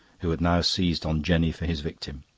who had now seized on jenny for his victim.